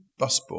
busboy